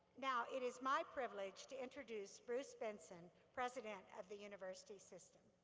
now it is my privilege to introduce bruce benson, president at the university system.